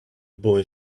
boy